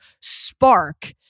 spark